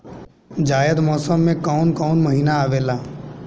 जायद मौसम में काउन काउन महीना आवेला?